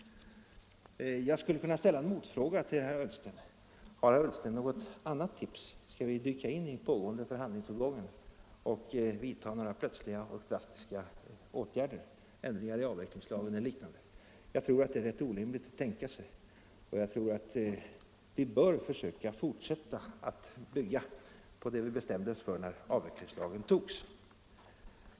Jag skulle kunna ställa en motfråga till herr Ullsten: Har herr Ullsten något annat tips? Skall vi dyka in i den pågående förhandlingsomgången och vidta några plötsliga och drastiska åtgärder, såsom ändringar i avvecklingslagen eller liknande? Jag tror det är rätt orimligt att tänka sig något sådant, utan vi bör i stället försöka fortsätta att bygga på det som vi bestämde oss för när avvecklingslagen antogs.